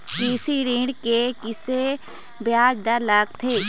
कृषि ऋण के किसे ब्याज दर लगथे?